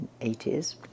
1980s